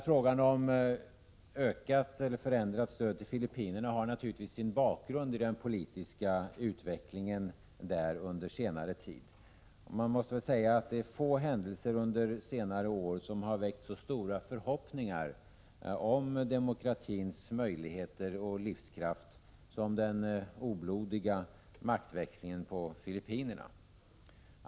Frågan om ökat eller förändrat stöd till Filippinerna har naturligtvis sin bakgrund i den politiska utvecklingen där under senare tid, och man måste väl säga att det är få händelser under senare år som har väckt så stora förhoppningar om demokratins möjligheter och livskraft som den oblodiga maktväxlingen på Filippinerna.